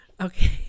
Okay